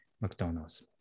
mcdonald's